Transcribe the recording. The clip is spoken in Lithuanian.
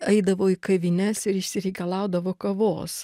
eidavo į kavines ir išsireikalaudavo kavos